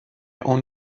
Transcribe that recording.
own